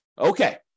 Okay